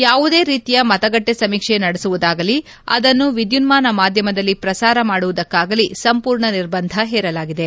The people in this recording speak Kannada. ಯಾವುದೇ ರೀತಿಯ ಮತಗಟ್ಟೆ ಸಮೀಕ್ಷೆ ನಡೆಸುವುದಾಗಲಿ ಅದನ್ನು ವಿದ್ಯುನ್ನಾನ ಮಾಧ್ಯಮದಲ್ಲಿ ಪ್ರಸಾರ ಮಾಡುವುದಕ್ಕಾಗಲಿ ಸಂಪೂರ್ಣ ನಿರ್ಬಂಧ ಹೇರಲಾಗಿದೆ